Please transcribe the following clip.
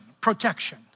protection